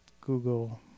google